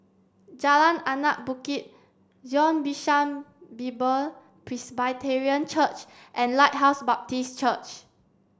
Jalan Anak Bukit Zion Bishan Bible Presbyterian Church and Lighthouse Baptist Church